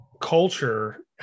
culture